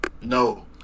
No